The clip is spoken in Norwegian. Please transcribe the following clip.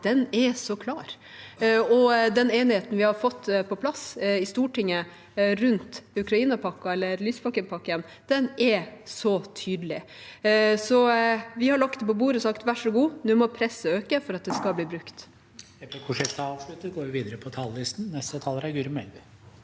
er så klar, og den enigheten vi har fått på plass i Stortinget rundt Ukraina-pakken, eller Lysbakken-pakken, er så tydelig. Vi har lagt det på bordet og sagt vær så god. Nå må presset øke for at det skal bli brukt.